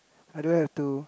I don't have to